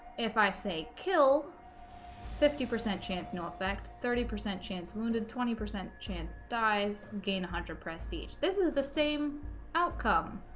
if i say kill fifty percent chance no effect thirty percent chance wounded twenty percent chance dies gained hunter prestige this is the same outcome